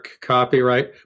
Copyright